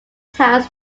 towns